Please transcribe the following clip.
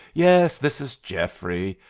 yes, this is geoffrey.